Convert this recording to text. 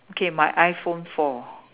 okay my iPhone four